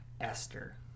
Esther